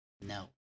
no